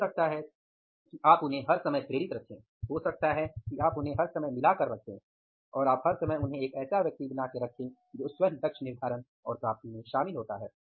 हो सकता है कि आप उन्हें हर समय प्रेरित रखें हो सकता है कि आप उन्हें हर समय मिलाकर रखें और आप हर समय उन्हें एक ऐसा व्यक्ति बना के रखे जो स्वयं लक्ष्य निर्धारण और प्राप्ति में शामिल होता है